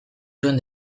zuen